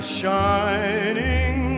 shining